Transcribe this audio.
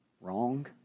Wrong